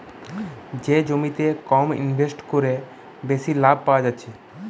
যে জমিতে কম ইনভেস্ট কোরে বেশি লাভ পায়া যাচ্ছে